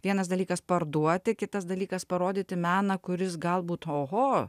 vienas dalykas parduoti kitas dalykas parodyti meną kuris galbūt oho